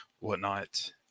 whatnot